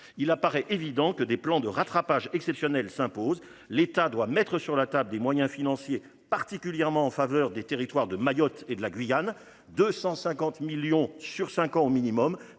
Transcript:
il apparaît évident que des plans de rattrapage exceptionnel s'impose. L'État doit mettre sur la table des moyens financiers, particulièrement en faveur des territoires de Mayotte et de la Guyane 250 millions sur 5 ans au minimum,